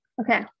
okay